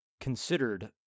considered